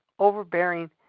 overbearing